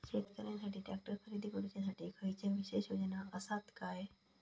शेतकऱ्यांकसाठी ट्रॅक्टर खरेदी करुच्या साठी खयच्या विशेष योजना असात काय?